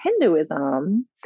Hinduism